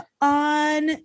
on